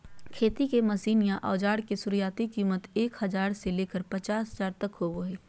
खेती के मशीन या औजार के शुरुआती कीमत एक हजार से लेकर पचास हजार तक होबो हय